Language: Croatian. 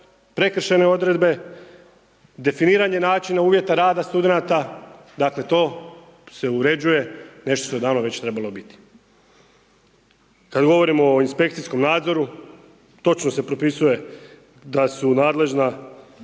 prekršajne odredbe, definiranje načina uvjeta rada studenata dakle, to se uređuje nešto što je davno već trebalo biti. Kada govorimo o inspekcijskom nadzoru točno se propisuje da su nadležna